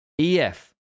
EF